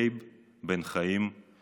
לייב בן משה כספין,